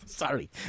Sorry